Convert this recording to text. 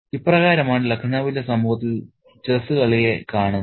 ഇപ്രകാരമാണ് ലഖ്നൌവിലെ സമൂഹത്തിൽ ചെസ്സ് കളിയെ കാണുന്നത്